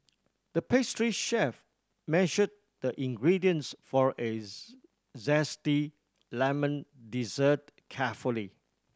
the pastry chef measured the ingredients for a zesty lemon dessert carefully